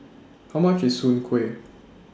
How much IS Soon Kway